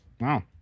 Wow